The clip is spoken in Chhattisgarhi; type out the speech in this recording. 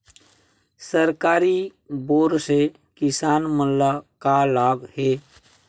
सरकारी बोर से किसान मन ला का लाभ हे?